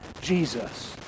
Jesus